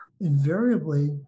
Invariably